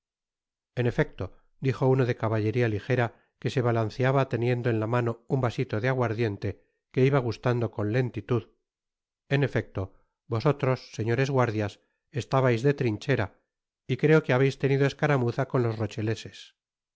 en efecto dijo uno de cabatleria lijera que se balanceaba teniendo en la mano un vasito de aguardiente que iba gustando con lentitud en efecto vosotros señores guardias estabais de trinchera y creo que habeis tenido escaramuza con los rocheleses